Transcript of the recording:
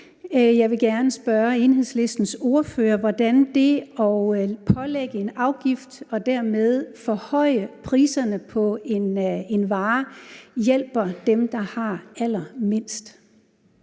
Jeg vil gerne spørge Enhedslistens ordfører, hvordan det at pålægge en afgift og dermed forhøje priserne på en vare hjælper dem, der har allermindst.